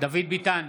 דוד ביטן,